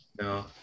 No